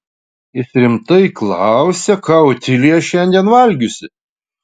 jis rimtai klausia ką otilija šiandien valgiusi